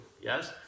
Yes